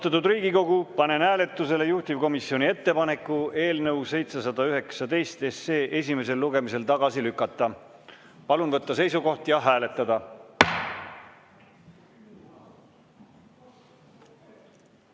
Austatud Riigikogu, panen hääletusele juhtivkomisjoni ettepaneku eelnõu 719 esimesel lugemisel tagasi lükata. Palun võtta seisukoht ja hääletada!